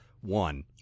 one